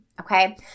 Okay